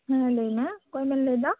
ᱦᱮᱸ ᱞᱟᱹᱭ ᱢᱮ ᱚᱠᱚᱭ ᱵᱮᱱ ᱞᱟᱹᱭ ᱮᱫᱟ